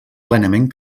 plenament